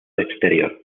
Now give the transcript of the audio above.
exterior